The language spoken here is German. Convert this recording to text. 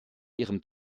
ihrem